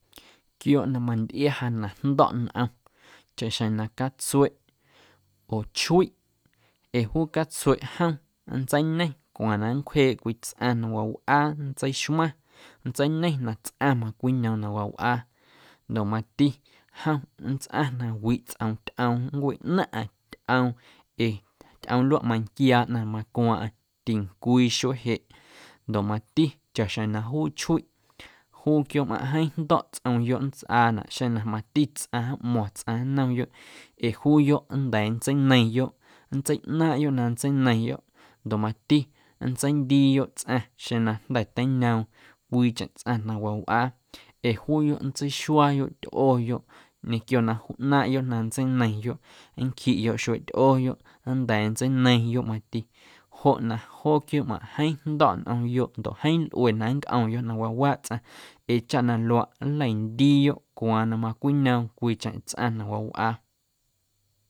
Quiooꞌ na mantꞌia ja jndo̱ꞌ nꞌom chaꞌxjeⁿ na catsueꞌ oo chuiꞌ ee juu catsueꞌ jom nntseiñe cwaaⁿ na nncwjeeꞌ cwii tsꞌaⁿ na wawꞌaa nntseixmaⁿ, nntseineiⁿ na tsꞌaⁿ macweꞌñoom na wawꞌaa ndoꞌ mati jom nntsꞌaⁿ na wiꞌ tsꞌoom tyꞌoom nncweꞌnaⁿꞌaⁿ tyꞌoom ee tyꞌoom luaꞌ manquiaa ꞌnaⁿ na macwaaⁿꞌaⁿ tincwii xuee jeꞌ ndoꞌ, mati chaꞌ na juu chuiꞌ juu quiooꞌmꞌaⁿꞌ jeeⁿ jndo̱ꞌ tsꞌomyoꞌ nntsꞌanaꞌ xeⁿ na mati tsꞌaⁿ nꞌmo̱ⁿ tsꞌaⁿ nnomyoꞌ ee juuyoꞌ nnda̱a̱ nntseineiⁿyoꞌ, nntseiꞌnaaⁿꞌyoꞌ na nntseineiⁿyoꞌ ndoꞌ mati nntseindiiyoꞌ tsꞌaⁿ xeⁿ na jnda̱ teiñoom cwiicheⁿ tsꞌaⁿ na wawꞌaa ee juuyoꞌ nntseixuaayoꞌ tyꞌoyoꞌ ñequio na ꞌnaaⁿꞌyoꞌ na nntseineiⁿyoꞌ nncjiꞌyoꞌ xueeꞌ tyꞌoyoꞌ nnda̱a̱ nntseineiⁿyoꞌ mati joꞌ na joo quiooꞌmꞌaⁿꞌ jeeⁿ jndo̱ꞌ nꞌomyoꞌ ndoꞌ jeeⁿ lꞌue na nncꞌomyoꞌ na wawaaꞌ tsꞌaⁿ ee chaꞌ na luaaꞌ nlandiiyoꞌ cwaaⁿ na macweꞌñoom cwiicheⁿ tsꞌaⁿ na wawꞌaa.